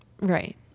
Right